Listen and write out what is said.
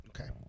Okay